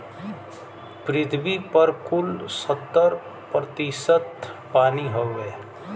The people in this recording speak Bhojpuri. पृथ्वी पर कुल सत्तर प्रतिशत पानी हउवे